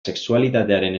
sexualitatearen